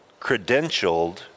credentialed